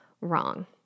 wrong